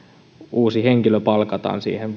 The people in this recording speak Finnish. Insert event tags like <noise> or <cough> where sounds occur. uusi henkilö palkataan siihen <unintelligible>